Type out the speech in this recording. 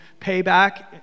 payback